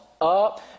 up